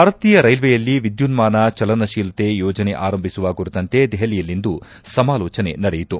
ಭಾರತೀಯ ರೈಲ್ವೆಯಲ್ಲಿ ವಿದ್ಯುನ್ಮಾನ ಚಲನಶೀಲತೆ ಯೋಜನೆ ಆರಂಭಿಸುವ ಕುರಿತಂತೆ ದೆಹಲಿಯಲ್ಲಿಂದು ಸಮಾಲೋಚನೆ ನಡೆಯಿತು